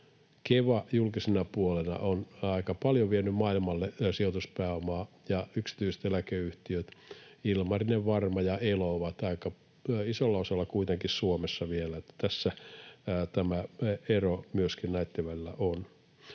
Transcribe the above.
Keva julkisena puolena on aika paljon vienyt maailmalle sijoituspääomaa, ja yksityiset eläkeyhtiöt Ilmarinen, Varma ja Elo ovat aika isolla osalla kuitenkin Suomessa vielä, eli tässä tämä ero myöskin näitten välillä on.